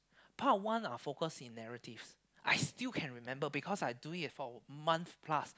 part one are focus in narratives I still can remember because I do it for months plus